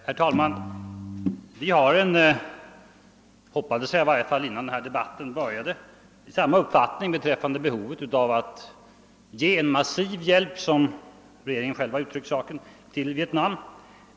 Herr talman! Vi har — det hoppas jag i varje fall — samma uppfattning beträffande behovet av att ge en massiv hjälp till Vietnam.